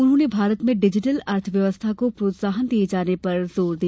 उन्होंने भारत में डिजिटल अर्थव्यवस्था को प्रोत्साहन दिए जाने पर जोर दिया